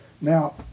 now